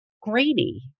grainy